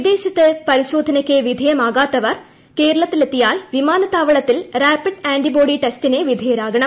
വിദേശത്ത് പരിശോധനയ്ക്ക് വിധേയമാകാത്തവർ കേരളത്തിലെത്തിിയിൽ വിമാനത്താവളത്തിൽ റാപ്പിഡ് ആന്റിബോഡി ടെസ്റ്റിന്റ് പ്ലിദ്ധേയരാകണം